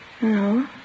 No